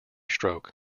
stroke